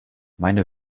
meine